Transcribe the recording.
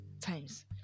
times